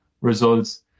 results